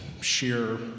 sheer